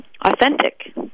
authentic